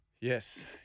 Yes